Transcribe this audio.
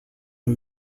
new